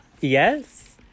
Yes